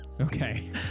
Okay